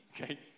okay